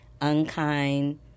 unkind